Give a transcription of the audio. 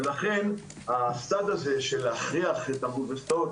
ולכן הצד הזה של להכריח את האוניברסיטאות